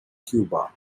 cuba